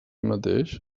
mateix